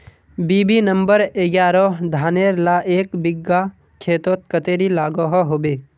BB number एगारोह धानेर ला एक बिगहा खेतोत कतेरी लागोहो होबे?